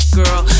girl